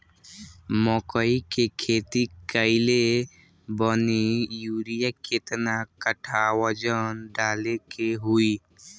मकई के खेती कैले बनी यूरिया केतना कट्ठावजन डाले के होई?